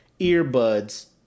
earbuds